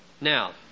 Now